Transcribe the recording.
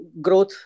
growth